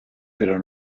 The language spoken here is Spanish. pero